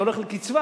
זה הולך לקצבה,